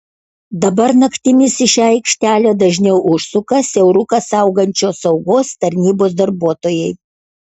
dabar naktimis į šią aikštelę dažniau užsuka siauruką saugančios saugos tarnybos darbuotojai